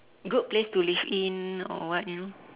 good place to live in or what you know